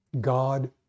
god